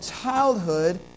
childhood